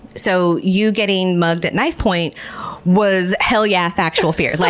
so you getting mugged at knife point was hell yeah factual fear. like